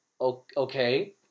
Okay